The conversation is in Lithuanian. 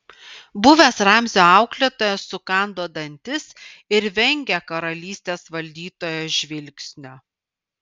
buvęs ramzio auklėtojas sukando dantis ir vengė karalystės valdytojo žvilgsnio